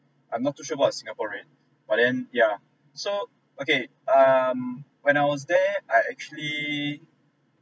I'm not too sure about a singaporean but then yeah so okay um when I was there I actually